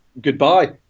goodbye